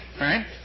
right